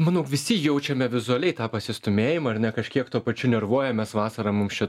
manau visi jaučiame vizualiai tą pasistūmėjimą ar ne kažkiek tuo pačiu nervuojamės vasarą mums čia